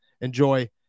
Enjoy